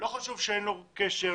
לא חשוב שאין לו קשר,